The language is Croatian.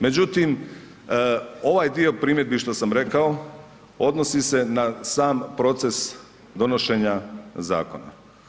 Međutim ovaj dio primjedbi što sam rekao odnosi se na sam proces donošenja zakona.